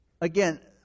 again